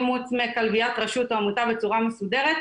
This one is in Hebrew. אימוץ מכלביית רשות או עמותה בצורה מסודרת,